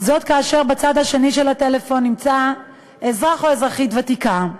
זאת כאשר בצד השני של הטלפון נמצאים אזרח ותיק או אזרחית ותיקה,